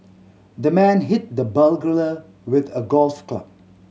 the man hit the burglar with a golf club